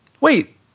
wait